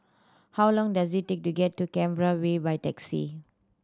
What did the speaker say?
how long does it take to get to Canberra Way by taxi